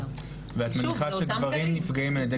ואת בטוחה שזה גברים שנפגעים על ידי